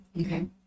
Okay